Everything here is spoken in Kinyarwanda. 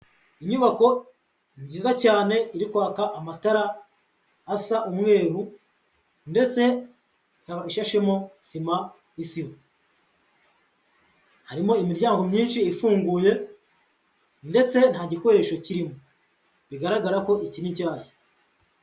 Inyubako nziza cyane iri kwaka amatara asa umweru ndetse ikaba ishashemo sima isa ivu, harimo imiryango myinshi ifunguye ndetse nta gikoresho kirimo, bigaragara ko ikiri nshyashya.